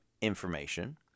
information